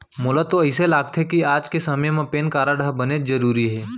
मोला तो अइसे लागथे कि आज के समे म पेन कारड ह बनेच जरूरी हे